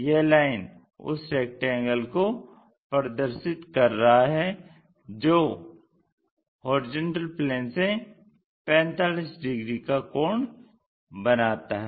यह लाइन उस रेक्टेंगल को प्रदर्शित कर रहा है जो HP से 45 डिग्री का कोण बनता है